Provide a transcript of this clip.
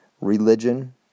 religion